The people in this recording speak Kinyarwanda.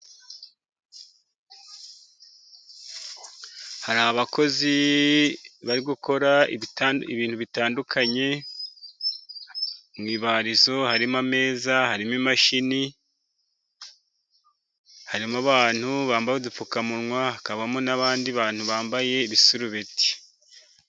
Hari abakozi bari gukora ibintu bitandukanye. Mu ibarizo harimo ameza, harimo imashini, harimo abantu bambaye udupfukamunwa, hakabamo n'abandi bantu bambaye ibisurubeti.